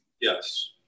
Yes